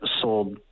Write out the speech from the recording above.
sold